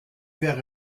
wäre